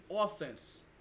offense